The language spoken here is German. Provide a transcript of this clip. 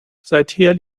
seither